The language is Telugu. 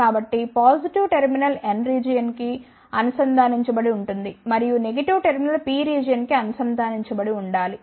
కాబట్టి పాజిటివ్ టెర్మినల్ N రీజియన్కి అనుసంధానించబడి ఉంటుంది మరియు నెగెటివ్ టెర్మినల్ P రీజియన్కి అనుసంధానించబడి ఉండాలి